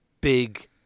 big